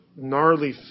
gnarly